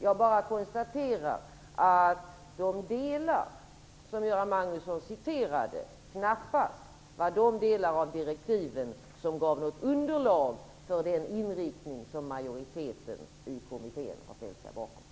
Jag bara konstaterar att de delar som Göran Magnusson citerade knappast var de delar som gav något underlag för den inriktning som majoriteten i kommittén har ställt sig bakom.